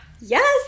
yes